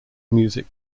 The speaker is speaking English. music